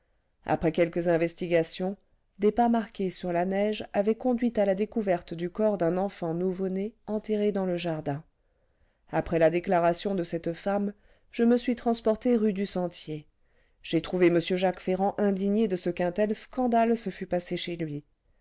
après quelques investigations des pas marqués sur la neige avaient conduit à la découverte du corps d'un enfant nouveau-né enterré dans le jardin après la déclaration de cette femme je me suis transporté rue du sentier j'ai trouvé m jacques ferrand indigné de ce qu'un tel scandale se fût passé chez lui